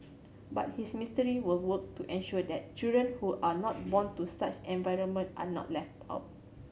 but his ministry will work to ensure that children who are not born to such environment are not left out